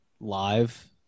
live